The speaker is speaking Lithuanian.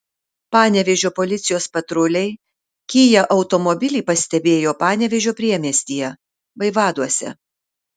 panevėžio policijos patruliai kia automobilį pastebėjo panevėžio priemiestyje vaivaduose